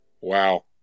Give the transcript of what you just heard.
Wow